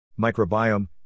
Microbiome